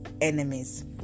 enemies